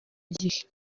gihe